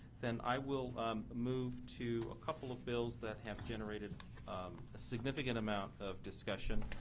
then i will move to a couple of bills that have generated a significant amount of discussion.